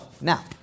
now